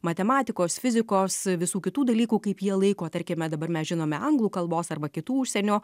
matematikos fizikos visų kitų dalykų kaip jie laiko tarkime dabar mes žinome anglų kalbos arba kitų užsienio